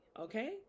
okay